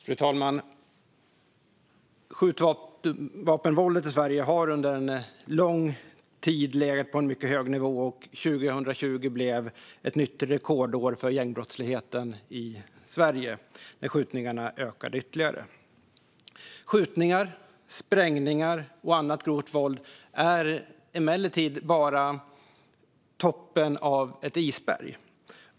Fru talman! Skjutvapenvåldet i Sverige har under en lång tid legat på en mycket hög nivå, och 2020 blev ett nytt rekordår för gängbrottsligheten i Sverige när skjutningarna ökade ytterligare. Skjutningar, sprängningar och annat grovt våld är emellertid bara toppen av ett isberg.